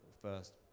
first